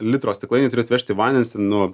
litro stiklainį turi atvežti vandens ten nuo